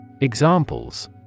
Examples